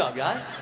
ah guys.